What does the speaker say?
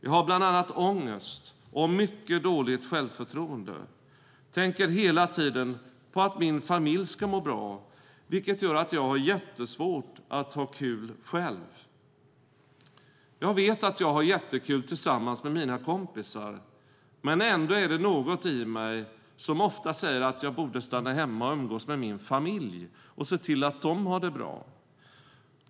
Jag har bl.a. åmgest och mycket dåligt själförtroende, tänker hela tiden på att min familj skall må bra. vilket gör att jag har jätte svårt att ha kul själv. Jag vet att jag har jätte kul tillsammans med mina kompisar, men ändå är det något i mig som ofta säger att jag borde stanna hemma och umgås med min familj och se till att det har det bra.